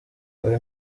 ayo